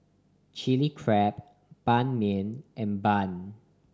Chilli Crab Ban Mian and bun